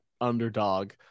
underdog